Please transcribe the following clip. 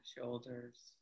shoulders